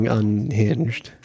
unhinged